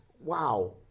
wow